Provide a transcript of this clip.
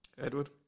Edward